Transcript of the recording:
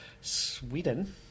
Sweden